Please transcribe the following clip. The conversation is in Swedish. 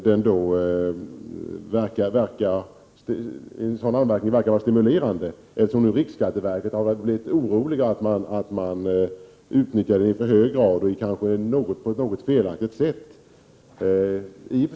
Denna användning verkar vara stimulerande, eftersom riksskatteverket har blivit oroligt över ett alltför stort utnyttjande och kanske ett något felaktigt utnyttjande.